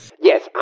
Yes